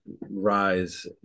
Rise